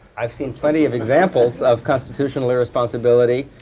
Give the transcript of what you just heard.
i've seen plenty of examples of constitutional irresponsibility.